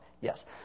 yes